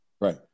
Right